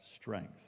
strength